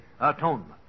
atonement